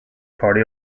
party